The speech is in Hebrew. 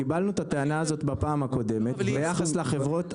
קיבלנו את הטענה הזאת בפעם הקודמת ביחס לחברות.